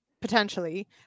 potentially